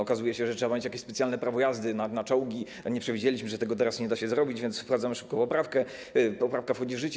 Okazuje się, że trzeba mieć jakieś specjalne prawo jazdy na czołgi, a nie przewidzieliśmy, że tego teraz nie da się zrobić, więc wprowadzamy szybko poprawkę, poprawka wchodzi w życie.